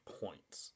points